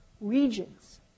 regions